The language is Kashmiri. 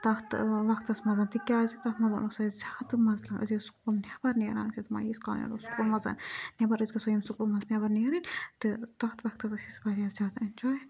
تَتھ وقتَس منٛزَ تِکیازِ تَتھ مَنز اوس اَسہِ زیادٕ مَزٕ لگان أسۍ ٲسۍ سکوٗل نٮ۪بَر نیران أسۍ ٲسۍ دپان ییِٖتس کال نیرو سکوٗل مَنز نٮ۪بَر ٲسۍ گژھو ییٚمہِ سکوٗل منٛز نٮ۪بر نیرٕنۍ تہٕ تَتھ وقتَس ٲسۍ أسۍ واریاہ زِیادٕ اٮ۪نجاے کران